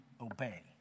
obey